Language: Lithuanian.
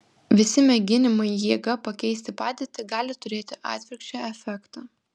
visi mėginimai jėga pakeisti padėtį gali turėti atvirkščią efektą